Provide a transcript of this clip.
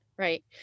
Right